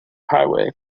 highway